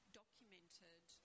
documented